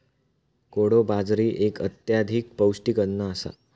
कोडो बाजरी एक अत्यधिक पौष्टिक अन्न आसा